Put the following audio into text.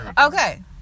Okay